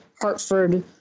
Hartford